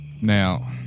Now